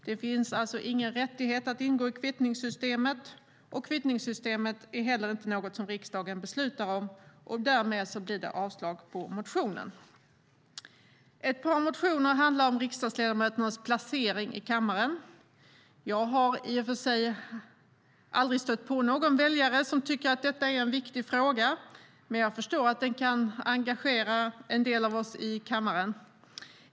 Det finns alltså ingen rättighet att ingå i kvittningssystemet, och kvittningssystemet är inte heller något som riksdagen beslutar om. Därmed blir det avslag på motionen. Ett par motioner handlar om riksdagsledamöternas placering i kammaren. Jag har i och för sig aldrig stött på någon väljare som tycker att detta är en viktig fråga, men jag förstår att den kan engagera en del av oss i kammaren.